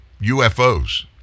UFOs